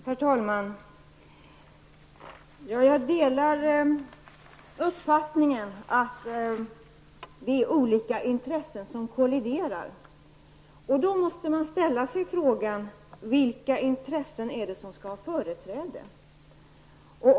Herr talman! Jag delar uppfattningen att det finns olika intressen som kolliderar här. Jag måste fråga vilka intressen det är som skall ha företräde.